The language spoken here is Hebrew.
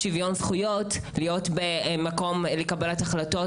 שיהיה שוויון זכויות ושאוכל להיות במקום לקבלת החלטות.